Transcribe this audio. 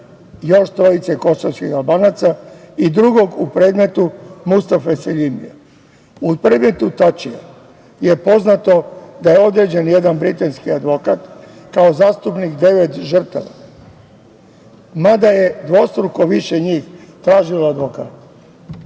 još trojice kosovskih Albanaca i drugog u predmetu Mustafe Seljimija. U predmetu Tačija je poznato da je određen jedan britanski advokat kao zastupnik devet žrtava, mada je dvostruko više njih tražilo advokata,